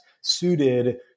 suited